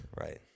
Right